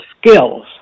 skills